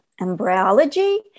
embryology